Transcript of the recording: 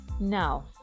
now